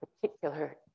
particular